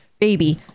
baby